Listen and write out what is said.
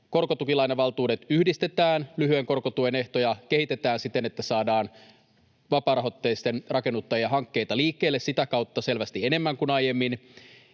Korkotukilainavaltuudet yhdistetään, lyhyen korkotuen ehtoja kehitetään siten, että saadaan vapaarahoitteisia rakennuttajahankkeita liikkeelle sitä kautta selvästi enemmän kuin aiemmin,